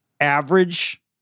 average